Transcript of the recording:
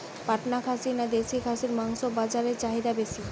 পাটনা খাসি না দেশী খাসির মাংস বাজারে চাহিদা বেশি?